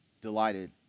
delighted